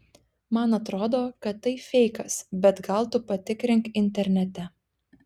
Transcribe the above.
man atrodo kad tai feikas bet gal tu patikrink internete